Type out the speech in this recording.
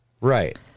Right